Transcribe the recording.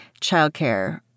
childcare